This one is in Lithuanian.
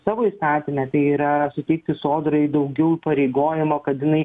savo įstatyme tai yra suteikti sodrai daugiau įpareigojimo kad jinai